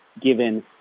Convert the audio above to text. given